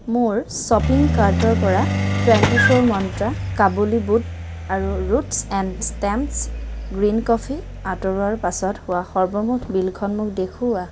মোৰ শ্বপিং কাৰ্টৰ পৰা টুৱেণ্টি ফ'ৰ মন্ত্ৰা কাবুলী বুট আৰু roots and stems green coffee আঁতৰোৱাৰ পাছত হোৱা সৰ্বমুঠ বিলখন মোক দেখুওৱা